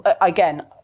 Again